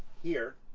here,